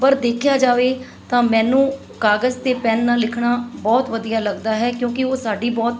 ਪਰ ਦੇਖਿਆ ਜਾਵੇ ਤਾਂ ਮੈਨੂੰ ਕਾਗਜ਼ 'ਤੇ ਪੈਨ ਨਾਲ ਲਿਖਣਾ ਬਹੁਤ ਵਧੀਆ ਲੱਗਦਾ ਹੈ ਕਿਉਂਕਿ ਉਹ ਸਾਡੀ ਬਹੁਤ